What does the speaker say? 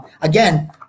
again